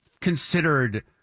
considered